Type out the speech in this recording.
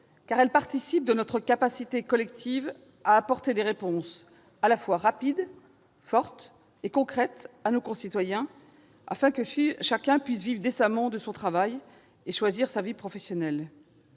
car elle participe de notre capacité collective à apporter des réponses à la fois rapides, fortes et concrètes pour nos concitoyens afin que chacun puisse vivre décemment de son travail et choisir sa vie professionnelle.